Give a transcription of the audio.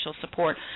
support